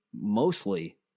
mostly